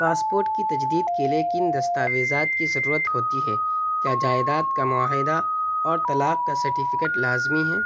passport کی تجدید کے لیے کن دستاویزات کی ضرورت ہوتی ہے کیا جائیداد کا معاہدہ اور طلاق کا سرٹیفکیٹ لازمی ہیں